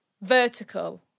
vertical